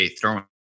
throwing